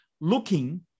looking